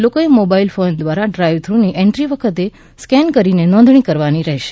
લોકોએ mobile phone દ્વારા drive થ્રૂની એન્દ્રી વખતે સ્કેન કરીને નોંધણી કરવાની રહેશે